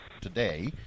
today